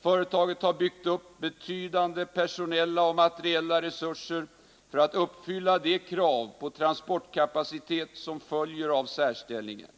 Företaget har byggt upp betydande personella och materiella resurser för att uppfylla de krav på transportkapacitet som följer av särställningen.